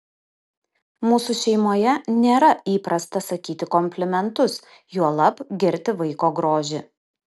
mūsų šeimoje nėra įprasta sakyti komplimentus juolab girti vaiko grožį